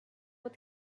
what